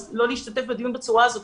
אז לא להשתתף בדיון בצורה הזאת,